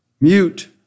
Mute